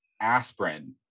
aspirin